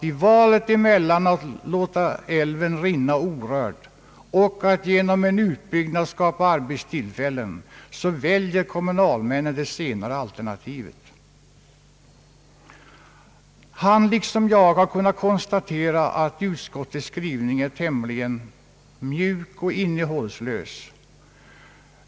I valet mellan att låta älven rinna orörd och att genom en utbyggnad skapa arbetstillfällen väljer kommunalmännen det senare alternativet. Herr Per Jacobsson har liksom jag kunnat konstatera att utskottets skrivning är tämligen mjuk och innehållslös.